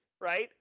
right